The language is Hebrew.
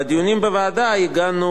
בדיונים בוועדה הגענו